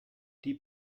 die